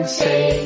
say